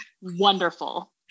wonderful